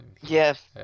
Yes